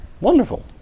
Wonderful